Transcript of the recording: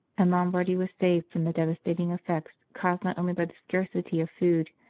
and lombardy was saved from the devastating effects caused not only by the scarcity of food,